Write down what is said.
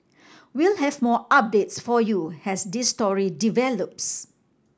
we'll have more updates for you as this story develops